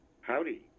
Howdy